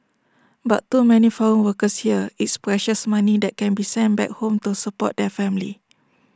but to many foreign workers here it's precious money that can be sent back home to support their family